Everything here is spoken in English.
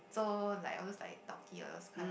so like all those like tau kee all those kind